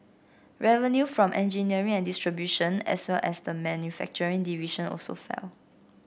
revenue from engineering and distribution as well as the manufacturing division also fell